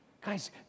guys